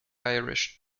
irish